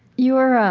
your